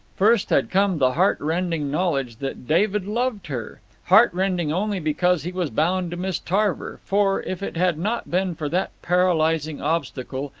first had come the heart-rending knowledge that david loved her heart-rending only because he was bound to miss tarver, for, if it had not been for that paralyzing obstacle,